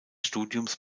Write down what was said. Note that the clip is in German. studiums